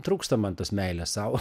trūksta man tos meilės sau